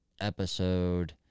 episode